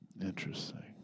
Interesting